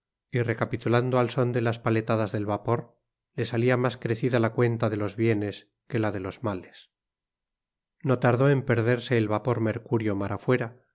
recapitulando al son de las paletadas del vapor le salía más crecida la cuenta de los bienes que la de los males no tardó en perderse el vapor mercurio mar afuera